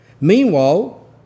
Meanwhile